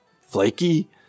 flaky